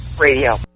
Radio